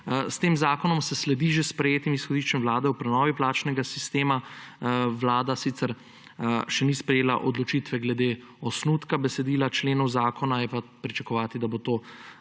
S tem zakonom se sledi že sprejetim izhodiščem Vlade o prenovi plačnega sistema. Vlada sicer še ni sprejela odločitve glede osnutka besedila členov zakona, je pa pričakovati, da bo to